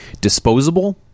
disposable